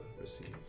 receive